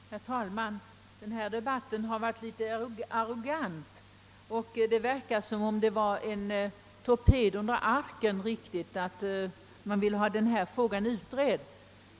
Herr talman! Den här debatten har varit något arrogant, och det verkar som om det ligger en torped under arken när man vill ha denna fråga utredd.